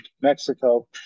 Mexico